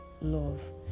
love